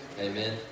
Amen